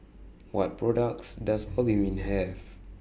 What products Does Obimin Have